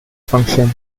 function